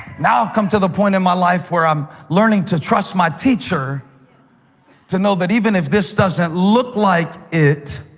now i've come to the point in my life where i'm learning to trust my teacher to know that even if this doesn't look like it,